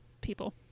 people